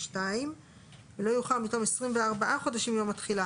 21ב(ב)(2); (ו)לא יאוחר מתום 24 חודשים מיום התחילה